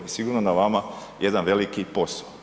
Sigurno na vama jedan veliki posao.